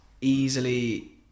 easily